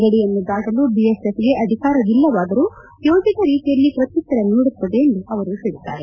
ಗಡಿಯನ್ನು ದಾಟಲು ಬಿಎಸ್ಎಫ್ಗೆ ಅಧಿಕಾರವಿಲ್ಲವಾದರೂ ಯೋಜಿತ ರೀತಿಯಲ್ಲಿ ಪ್ರತ್ತುತ್ತರ ನೀಡುತ್ತದೆ ಎಂದು ಅವರು ಹೇಳಿದ್ದಾರೆ